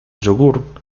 yogur